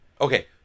Okay